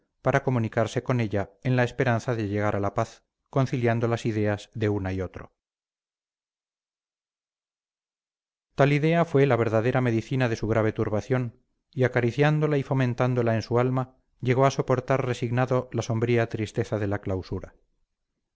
para comunicarse con ella en la esperanza de llegar a la paz conciliando las ideas de una y otro tal idea fue la verdadera medicina de su grave turbación y acariciándola y fomentándola en su alma llegó a soportar resignado la sombría tristeza de la clausura